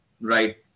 Right